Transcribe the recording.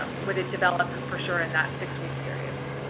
would it develop for sure in that six week period?